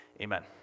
Amen